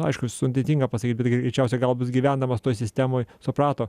aišku sudėtinga pasakyt bet greičiausiai gal būt gyvendamas toj sistemoj suprato